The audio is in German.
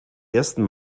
ersten